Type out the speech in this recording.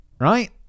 right